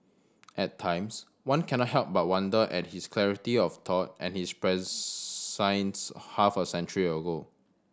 at times one cannot help but wonder at his clarity of thought and his prescience half a century ago